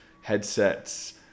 headsets